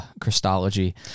Christology